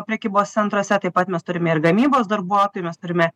prekybos centruose taip pat mes turime ir gamybos darbuotojų mes turime